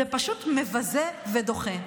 זה פשוט מבזה ודוחה.